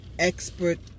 expert